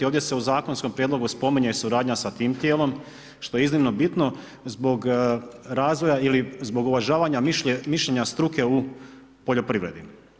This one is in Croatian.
Ovdje se u zakonskom prijedlogu spominje i suradnja sa tim tijelom što je iznimno bitno zbog razvoja ili zbog uvažavanja mišljenja struke u poljoprivredi.